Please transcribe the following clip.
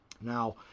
Now